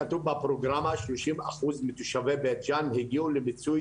כתוב בפרוגרמה שלושים אחוז מתושבי בית ג'ן הגיעו למיצוי